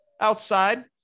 outside